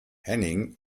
henning